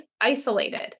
isolated